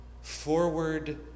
forward